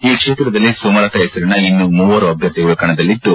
ಈ ಕ್ಷೇತ್ರದಲ್ಲಿ ಸುಮಲತಾ ಹೆಸರಿನ ಇನ್ನು ಮೂವರು ಅಭ್ವರ್ಥಿಗಳು ಕಣದಲ್ಲಿದ್ದು